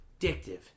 addictive